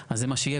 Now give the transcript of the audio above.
אז זה מה שזה יהיה.